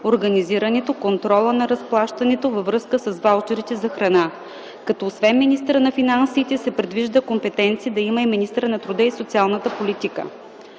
организирането, контрола и разплащането във връзка с ваучерите за храна, като освен министърът на финансите се предвижда компетенции да има и министърът на труда и социалната политика.